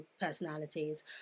personalities